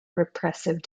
repressive